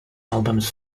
albums